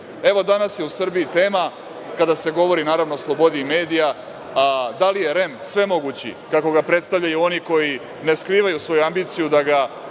razumeju. Danas je u Srbiji tema, kada se govori, naravno, o slobodi medija, da li je REM svemoguć, kako ga predstavljaju oni koji ne skrivaju svoju ambiciju da ga